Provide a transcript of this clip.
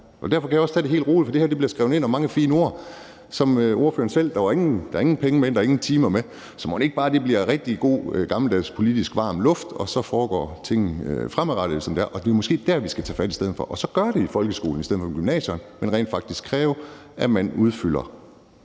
Derfor kan jeg også tage det helt roligt, for det her bliver skrevet ind, og der er mange fine ord, som ordføreren selv sagde, men der er ingen penge med, og der er ingen timer med. Så mon ikke bare det bliver rigtig god gammeldags politisk varm luft, og så foregår tingene fremadrettet, som de er, og det er måske der, vi skal tage fat i stedet for og så gøre det i folkeskolen i stedet for på gymnasierne, men rent faktisk kræve, at man opfylder